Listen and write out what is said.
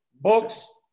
books